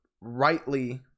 rightly